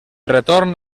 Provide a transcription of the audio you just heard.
retorn